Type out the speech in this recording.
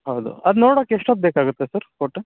ಹೌದು ಅದು ನೋಡಕ್ಕೆ ಎಷ್ಟು ಹೊತ್ತು ಬೇಕಾಗುತ್ತೆ ಸರ್ ಒಟ್ಟು